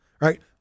right